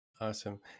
awesome